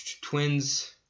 twins